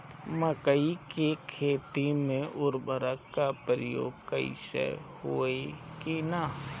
मकई के खेती में उर्वरक के प्रयोग होई की ना?